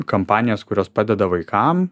kampanijas kurios padeda vaikam